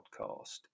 podcast